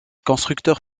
constructeurs